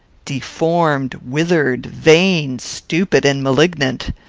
deformed! withered! vain, stupid, and malignant.